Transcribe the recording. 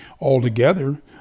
Altogether